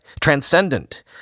transcendent